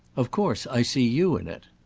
of course i see you in it.